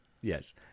Yes